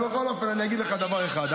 אני לא שר הבריאות.